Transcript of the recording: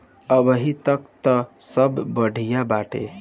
अबहीं तक त सब बढ़िया बाटे